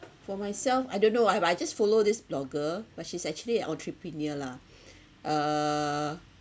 for myself I don't know ah I I just follow this blogger but she's actually an entrepreneur lah uh